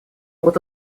вот